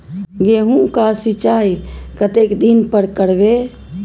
गेहूं का सीचाई कतेक दिन पर करबे?